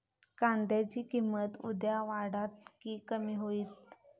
कांद्याची किंमत उद्या वाढात की कमी होईत?